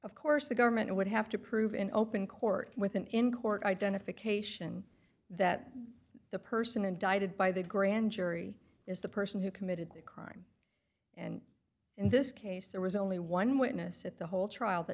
of course the government would have to prove in open court with an in court identification that the person indicted by the grand jury is the person who committed the crime and in this case there was only one witness at the whole trial that